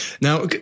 Now